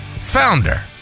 founder